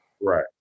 Right